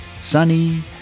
sunny